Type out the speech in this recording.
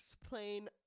explain